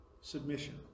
submission